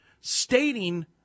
stating